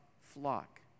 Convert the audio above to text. flock